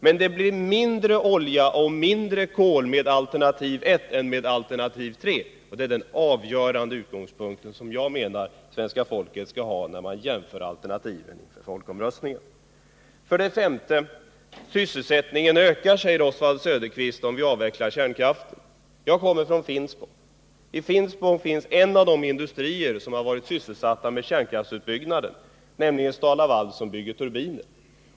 Men det blir mindre olja och mindre kol med alternativ 1 än med alternativ 3, och det är den avgörande utgångspunkten, som jag menar svenska folket skall ha när man jämför alternativen inför folkomröstningen. 5. Sysselsättningen ökar om vi avvecklar kärnkraften, sade Oswald Söderqvist. Jag kommer från Finspång. I Finspång finns en av de industrier som varit sysselsatta med kärnkraftsutbyggnaden, nämligen STAL-LAVAL, som bygger turbiner.